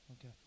okay